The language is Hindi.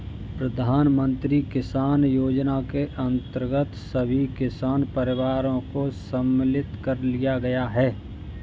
प्रधानमंत्री किसान योजना के अंतर्गत सभी किसान परिवारों को सम्मिलित कर लिया गया है